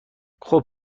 خوب